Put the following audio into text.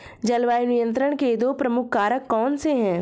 जलवायु नियंत्रण के दो प्रमुख कारक कौन से हैं?